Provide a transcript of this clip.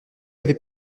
avait